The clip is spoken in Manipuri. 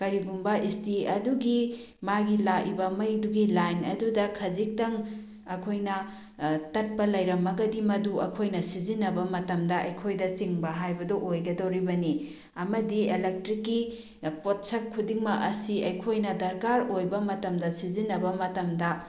ꯀꯔꯤꯒꯨꯝꯕ ꯏꯁꯇꯤ ꯑꯗꯨꯒꯤ ꯃꯥꯒꯤ ꯂꯥꯛꯏꯕ ꯃꯩꯗꯨꯒꯤ ꯂꯥꯏꯟ ꯑꯗꯨꯗ ꯈꯖꯤꯛꯇꯪ ꯑꯩꯈꯣꯏꯅ ꯇꯠꯄ ꯂꯩꯔꯝꯃꯒꯗꯤ ꯃꯗꯨ ꯑꯩꯈꯣꯏꯅ ꯁꯤꯖꯤꯟꯅꯕ ꯃꯇꯝꯗ ꯑꯩꯈꯣꯏꯗ ꯆꯤꯡꯕ ꯍꯥꯏꯕꯗꯨ ꯑꯣꯏꯒꯗꯧꯔꯤꯕꯅꯤ ꯑꯃꯗꯤ ꯏꯂꯦꯛꯇ꯭ꯔꯤꯛꯀꯤ ꯄꯣꯠꯁꯛ ꯈꯨꯗꯤꯡꯃꯛ ꯑꯁꯤ ꯑꯩꯈꯣꯏꯅ ꯗꯔꯀꯥꯔ ꯑꯣꯏꯕ ꯃꯇꯝꯗ ꯁꯤꯖꯤꯟꯅꯕ ꯃꯇꯝꯗ